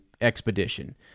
expedition